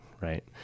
right